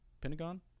pentagon